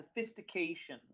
sophistication